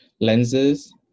lenses